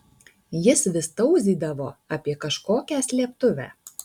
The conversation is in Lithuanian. jis vis tauzydavo apie kažkokią slėptuvę